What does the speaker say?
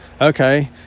okay